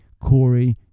Corey